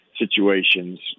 situations